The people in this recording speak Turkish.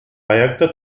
ayakta